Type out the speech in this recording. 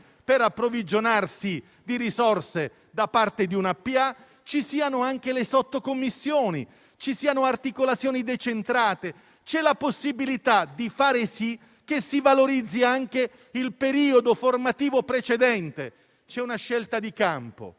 per approvvigionarsi di risorse da parte di una pubblica amministrazione, vi siano anche le sottocommissioni e le articolazioni decentrate. C'è la possibilità di far sì che si valorizzi anche il periodo formativo precedente. È una scelta di campo: